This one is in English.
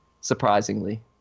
surprisingly